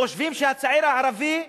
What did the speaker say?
חושבים שהצעיר הערבי יושב,